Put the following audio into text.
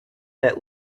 that